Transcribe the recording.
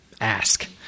ask